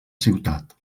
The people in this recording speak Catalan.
ciutat